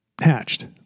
Hatched